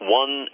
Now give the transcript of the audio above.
one